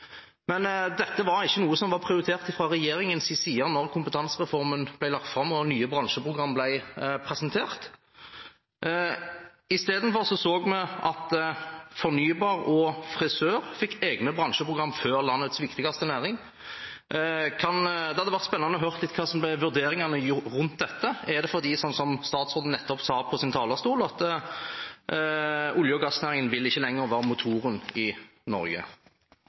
men dette var ikke noe som var prioritert fra regjeringens side da kompetansereformen ble lagt fram og nye bransjeprogram ble presentert. Istedenfor så vi at fornybar og frisør fikk egne bransjeprogram før landets viktigste næring. Det hadde vært spennende å høre litt hva som var vurderingene rundt dette. Er det, som statsråden nettopp sa fra talerstolen, fordi olje- og gassnæringen ikke lenger vil være motoren i Norge?